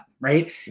right